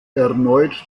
erneut